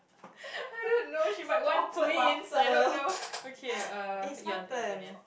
I don't know she might want twins I don't know okay uh your your turn ya